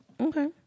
Okay